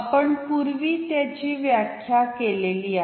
आपण पूर्वी त्याची व्याख्या केलेली आहे